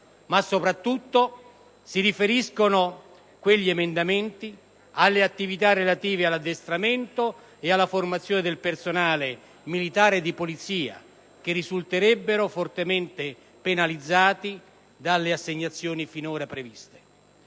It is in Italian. ma soprattutto si riferiscono alle attività relative all'addestramento e alla formazione del personale militare e di polizia, che risulterebbero fortemente penalizzate dalle assegnazioni finora previste.